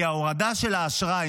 כי ההורדה של האשראי,